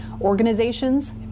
organizations